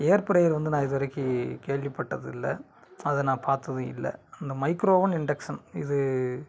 ஏர் fryer வந்து நான் இது வரைக்கும் கேள்விப்பட்டதில்லை அதை நான் பார்த்ததும் இல்லை அந்த மைக்ரோவ் ஓவன் இண்டக்ஷன் இது